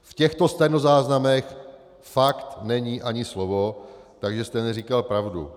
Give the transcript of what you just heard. V těchto stenozáznamech fakt není ani slovo, takže jste neříkal pravdu.